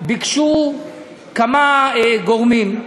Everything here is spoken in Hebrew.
ביקשו כמה גורמים,